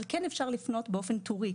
אבל כן אפשר לפנות באופן טורי,